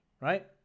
Right